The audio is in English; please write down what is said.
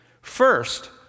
First